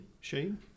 Shane